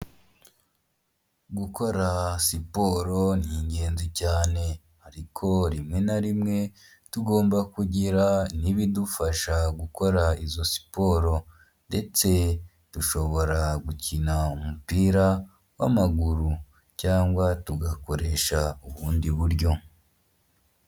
Gukora siporo ni ingenzi cyane ariko rimwe na rimwe tugomba kugira n'ibidufasha gukora izo siporo ndetse dushobora gukina umupira w'amaguru cyangwa tugakoresha ubundi buryo.